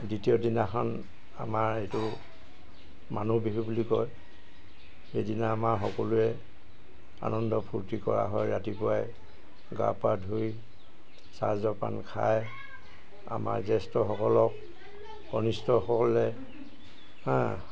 দ্বিতীয় দিনাখন আমাৰ এইটো মানুহ বিহু বুলি কয় সেইদিনা আমাৰ সকলোৱে আনন্দ ফূৰ্তি কৰা হয় ৰাতিপুৱাই গা পা ধুই চাহ জলপান খাই আমাৰ জ্যেষ্ঠসকলক কনিষ্ঠসকলে